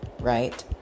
Right